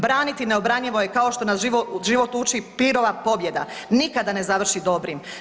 Braniti neobranjivo je kao što nas život uči Pirova pobjeda, nikada ne završi dobrim.